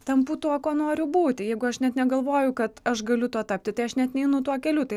tampu tuo kuo noriu būti jeigu aš net negalvoju kad aš galiu tuo tapti tai aš net neinu tuo keliu tai